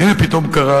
והנה פתאום קרה,